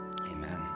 Amen